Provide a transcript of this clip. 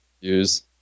use